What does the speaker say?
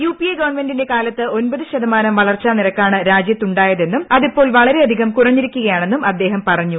UPA ഗവൺമെന്റിന്റെ കാലത്ത് ഒൻപത് ശതമാനം വളർച്ചാ നിരക്കാണ് രാജ്യത്തുണ്ടായതെന്നും അത് ഇപ്പോൾ വളരെയധികഠ കുറഞ്ഞിരിക്കുകയാണെന്നും അദ്ദേഹം പറഞ്ഞു